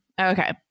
Okay